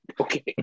Okay